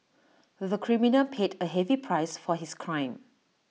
the criminal paid A heavy price for his crime